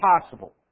possible